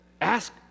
Ask